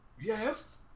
Yes